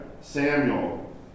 Samuel